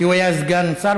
כי הוא היה סגן שר,